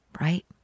right